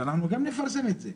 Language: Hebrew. שגם אנחנו נפרסם את זה.